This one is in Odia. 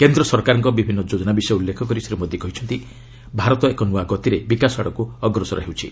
କେନ୍ଦ୍ର ସରକାରଙ୍କ ବିଭିନ୍ନ ଯୋଜନା ବିଷୟ ଉଲ୍ଲେଖ କରି ଶ୍ରୀ ମୋଦି କହିଛନ୍ତି ଭାରତ ଏକ ନୂଆ ଗତିରେ ବିକାଶ ଆଡ଼କୁ ଅଗ୍ରସର ହେଉଛି